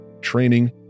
training